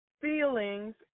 feelings